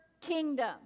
kingdom